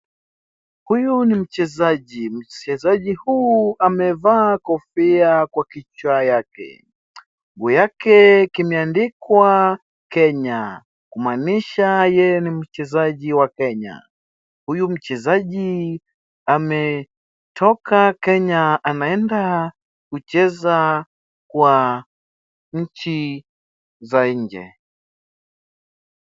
Huyu ni mchezaji, mchezaji huyu amevaa kofia kwa kichwa yake, nguo yake kimeandikwa Kenya ,kumaanisha yeye ni mchezaji wa Kenya, huyu mchezaji ametoka Kenya anenda kucheza kwa nchi za nje.